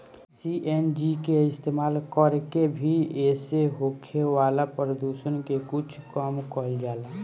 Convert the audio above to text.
CNG के इस्तमाल कर के भी एसे होखे वाला प्रदुषण के कुछ कम कईल जाला